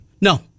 No